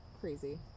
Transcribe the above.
crazy